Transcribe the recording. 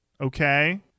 Okay